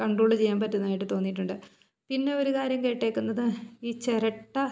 control ചെയ്യാൻ പറ്റുന്നതായിട്ട് തോന്നിയിട്ടുണ്ട് പിന്നെ ഒരു കാര്യം കേട്ടിരിക്കുന്നത് ഈ ചിരട്ട